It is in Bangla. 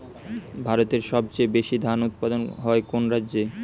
ভারতের সবচেয়ে বেশী ধান উৎপাদন হয় কোন রাজ্যে?